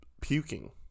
puking